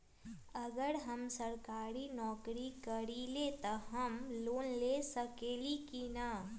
अगर हम सरकारी नौकरी करईले त हम लोन ले सकेली की न?